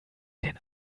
den